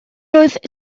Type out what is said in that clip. oedd